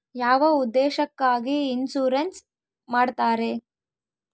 ಯಾವ ಉದ್ದೇಶಕ್ಕಾಗಿ ಇನ್ಸುರೆನ್ಸ್ ಮಾಡ್ತಾರೆ?